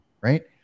right